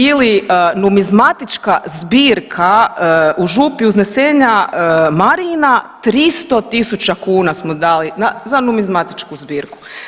Ili numizmatička zbirka u župi uznesenja Marijina 300 000 kuna smo dali za numizmatičku zbirku.